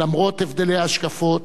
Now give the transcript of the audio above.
למרות הבדלי ההשקפות,